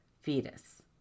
fetus